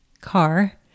car